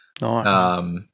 Nice